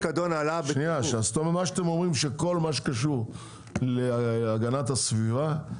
מה שאתם אומרים שכל מה שקשור להגנת הסביבה,